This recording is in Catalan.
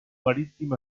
marítim